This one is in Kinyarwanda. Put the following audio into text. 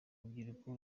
rubyiruko